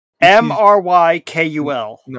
M-R-Y-K-U-L